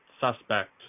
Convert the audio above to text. suspect